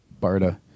Barda